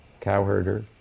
cowherder